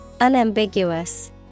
Unambiguous